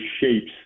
shapes